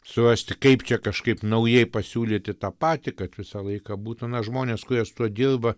surasti kaip čia kažkaip naujai pasiūlyti tą patį kad visą laiką būtų na žmonės kurie su tuo dirba